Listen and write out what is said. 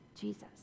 Jesus